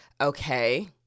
okay